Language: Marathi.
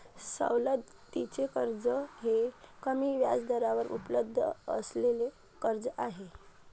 सवलतीचे कर्ज हे कमी व्याजदरावर उपलब्ध असलेले कर्ज आहे